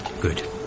Good